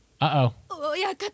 Uh-oh